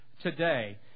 today